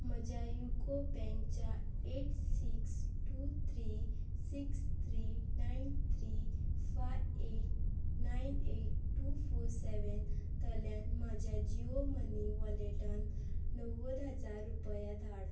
म्हज्या युको बँकच्या eight six two three six three nine three five eight nine eight two four seven तल्यान म्हज्या Jio money वॉलेटांत णव्वद हजार रुपया धाड